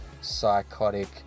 psychotic